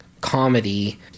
comedy